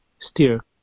steer